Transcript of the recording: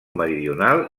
meridional